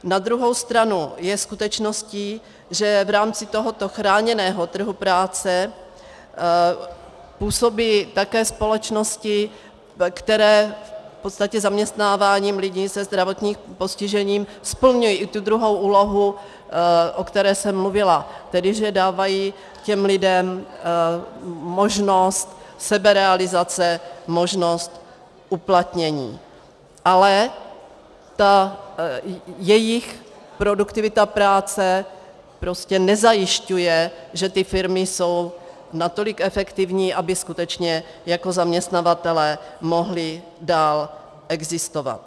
Na druhou stranu je skutečností, že v rámci tohoto chráněného trhu práce působí také společnosti, které zaměstnáváním lidí se zdravotním postižením splňují i tu druhou úlohu, o které jsem mluvila, tedy, že dávají těm lidem možnost seberealizace, možnost uplatnění, ale ta jejich produktivita práce nezajišťuje, že ty firmy jsou natolik efektivní, aby skutečně jako zaměstnavatelé mohly dál existovat.